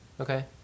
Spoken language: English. Okay